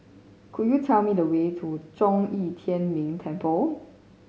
could you tell me the way to Zhong Yi Tian Ming Temple